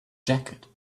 jacket